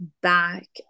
back